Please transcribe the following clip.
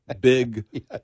big